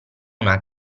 una